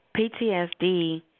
PTSD